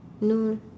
no